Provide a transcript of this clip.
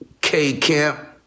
K-Camp